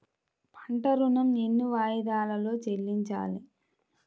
పంట ఋణం ఎన్ని వాయిదాలలో చెల్లించాలి?